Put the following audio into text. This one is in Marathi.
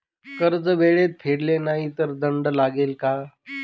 कर्ज वेळेत फेडले नाही तर दंड लागेल का?